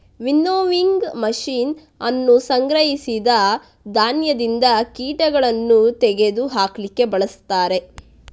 winnowing machine ಅನ್ನು ಸಂಗ್ರಹಿಸಿದ ಧಾನ್ಯದಿಂದ ಕೀಟಗಳನ್ನು ತೆಗೆದು ಹಾಕ್ಲಿಕ್ಕೆ ಬಳಸ್ತಾರೆ